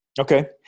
Okay